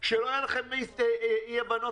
שלא יהיו לכם אי הבנות,